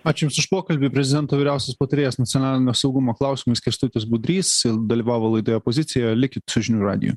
ačiū jums už pokalbį prezidento vyriausias patarėjas nacionalinio saugumo klausimais kęstutis budrys dalyvavo laidoje pozicija likit su žinių radiju